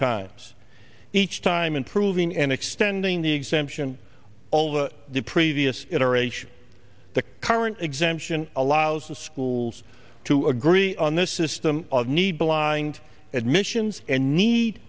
times each time improving and extending the exemption of the previous iteration the current exemption allows the schools to agree on this system of need blind admissions and need